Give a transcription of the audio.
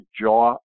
jaw